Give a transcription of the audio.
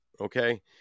okay